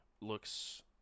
looks